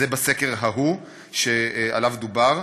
זה לפי הסקר ההוא שעליו דובר,